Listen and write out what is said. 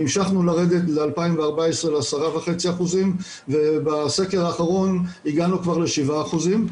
המשכנו לרדת ב-2014 ל-10.5% ובסקר האחרון הגענו כבר ל-7%.